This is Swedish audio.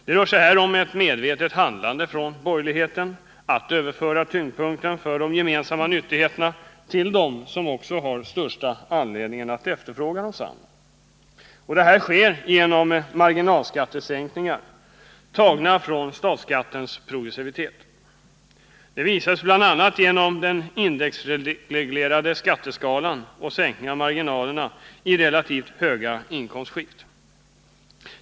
Det rör sig här om ett medvetet handlande av borgerligheten att överföra tyngdpunkten för de gemensamma nyttigheterna till dem som också har den största anledningen att efterfråga desamma. Detta sker genom marginalskattesänkningar tagna från statsskattens progressivitet. Detta visas bl.a. genom den indexreglerade skatteskalan och sänkningen av marginalerna i relativt höga inkomstskikt.